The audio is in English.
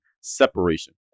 separation